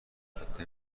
عادی